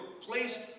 placed